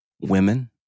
women